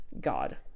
god